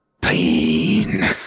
Pain